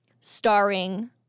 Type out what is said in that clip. starring